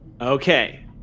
Okay